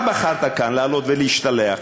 אבל בחרת כאן לעלות ולהשתלח.